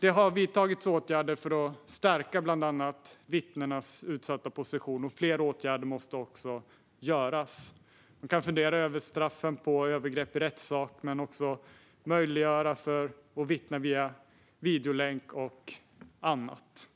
Det har vidtagits åtgärder för att stärka bland annat vittnenas utsatta position, och fler åtgärder behöver vidtas. Man kan fundera över straffen för övergrepp i rättssak men också möjligheten att vittna via videolänk och annat.